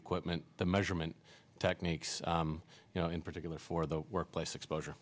equipment the measurement techniques you know in particular for the workplace exposure